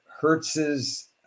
Hertz's